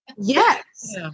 Yes